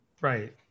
Right